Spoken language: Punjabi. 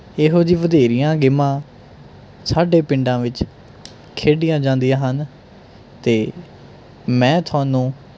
ਇਹੋ ਜੀ ਵਧੇਰੀਆਂ ਗੇਮਾਂ ਸਾਡੇ ਪਿੰਡਾਂ ਵਿੱਚ ਖੇਡੀਆਂ ਜਾਂਦੀਆਂ ਹਨ ਅਤੇ ਮੈਂ ਥੋਨੂੰ